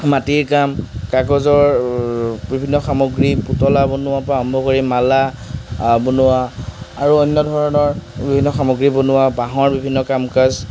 মাটিৰ কাম কাগজৰ বিভিন্ন সামগ্ৰী পুতলা বনোৱাৰ পৰা আৰম্ভ কৰি মালা বনোৱা আৰু অন্য ধৰণৰ বিভিন্ন সামগ্ৰী বনোৱা বাঁহৰ বিভিন্ন কাম কাজ